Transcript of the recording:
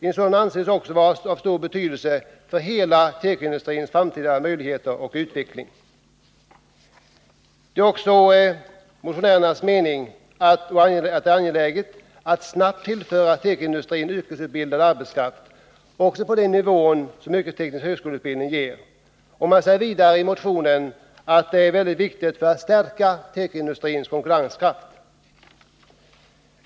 En sådan anses också vara av stor betydelse för tekoindustrins framtida möjligheter till utveckling. Det är enligt motionärernas mening angeläget att snabbt tillföra tekoindustrin yrkesutbildad arbetskraft också på den nivå som en yrkesteknisk högskoleutbildning ger. Man säger vidare i motionen att en sådan utbildning är viktig för att stärka tekoindustrins konkurrenskraft.